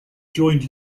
joined